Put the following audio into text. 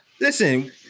Listen